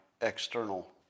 external